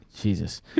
Jesus